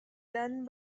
done